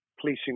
Policing